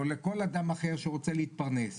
או לכל אדם אחר שרוצה להתפרנס,